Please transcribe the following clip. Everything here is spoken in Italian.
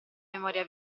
memoria